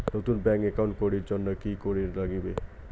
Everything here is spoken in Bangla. নতুন ব্যাংক একাউন্ট করির জন্যে কি করিব নাগিবে?